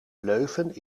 leuven